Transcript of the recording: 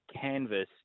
canvas